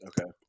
Okay